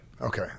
Okay